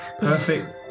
perfect